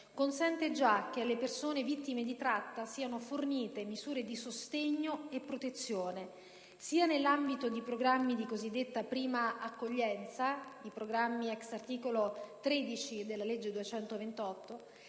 consente che alle persone vittime di tratta siano fornite misure di sostegno e protezione, sia nell'ambito di programmi di cosiddetta prima accoglienza (i programmi *ex* articolo 13 della legge n.